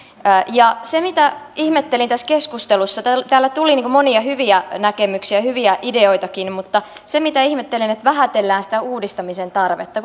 se mitä ihmettelin tässä keskustelussa täällä täällä tuli monia hyviä näkemyksiä hyviä ideoitakin on se että vähätellään sitä uudistamisen tarvetta